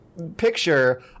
picture